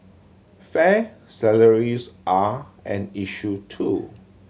fair salaries are an issue too